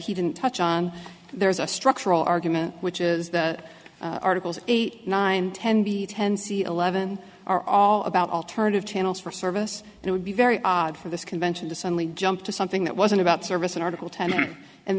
he didn't touch on there's a structural argument which is that articles eight nine ten b ten c eleven are all about alternative channels for service and it would be very odd for this convention to suddenly jump to something that wasn't about service in article ten and